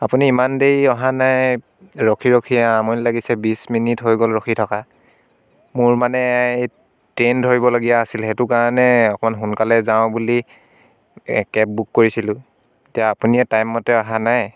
আপুনি ইমান দেৰি অহা নাই ৰখি ৰখি আমনি লাগিছে বিছ মিনিট হৈ গ'ল ৰখি থকা মোৰ মানে সেই ট্ৰেইন ধৰিবলগীয়া আছিল সেইটো কাৰণে অকমান সোনকালে যাওঁ বুলি কেব বুক কৰিছিলোঁ এতিয়া আপুনিয়ে টাইম মতে অহা নাই